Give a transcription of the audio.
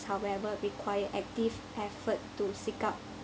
however required active effort to seek out